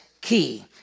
key